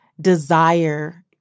desire